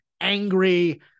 angry